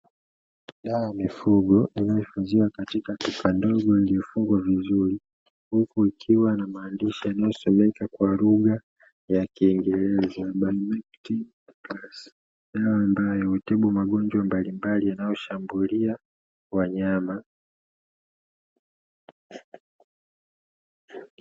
Dawa ya mifugo iliyo hifadhiwa katika chupa ndogo iliyofungwa vizuri huku ikiwa na maandishi yanayosomekwa kwa lugha ya kingereza "Bimectin Plus". Dawa ambayo inatibu magonjwa mbalimbali yanayoshambulia wanyama.